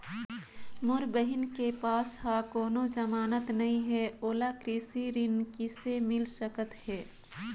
मोर बहिन के पास ह कोनो जमानत नहीं हे, ओला कृषि ऋण किसे मिल सकत हे?